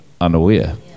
unaware